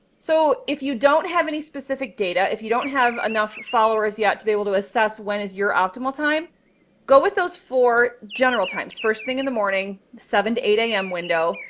so if you don't have any specific data, if you don't have enough followers yet to be able to assess when is your optimal time go with those four general times. first thing in the morning, seven eight zero am window,